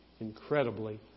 incredibly